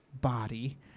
body